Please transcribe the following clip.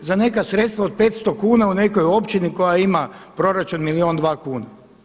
za neka sredstva od 500 kuna u nekoj općini koja ima proračun milijun, dva kuna.